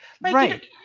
Right